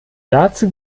dazu